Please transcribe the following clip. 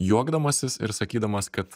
juokdamasis ir sakydamas kad